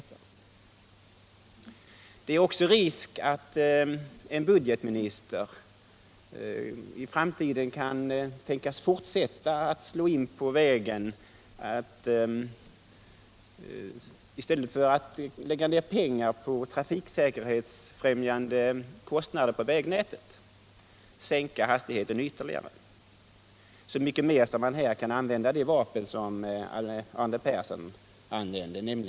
Det finns också risk för att en budgetminister i framtiden kan tänkas att i stället för att lägga ned pengar på trafiksäkerhetsfrämjande åtgärder på vägnätet slå in på vägen att sänka hastigheten ytterligare — så mycket mer som man här kan använda energivapnet, som Arne Persson talade om.